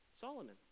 solomon